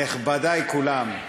נכבדי כולם,